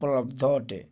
ଉପଲବ୍ଧ ଅଟେ